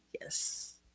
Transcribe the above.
Yes